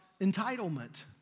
entitlement